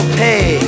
pay